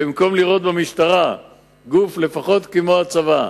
ובמקום לראות במשטרה גוף שהוא לפחות כמו הצבא,